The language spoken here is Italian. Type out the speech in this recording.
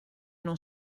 non